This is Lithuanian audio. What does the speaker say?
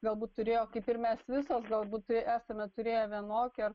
galbūt turėjo kaip ir mes visos galbūt esame turėję vienokią ar